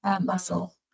muscle